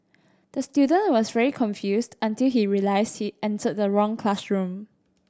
the student was very confused until he realised he entered the wrong classroom